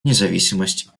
независимость